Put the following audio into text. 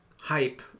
hype